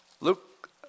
Luke